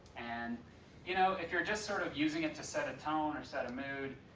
and you know, if you're just sort of using it to set a tone or set a mood,